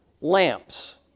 lamps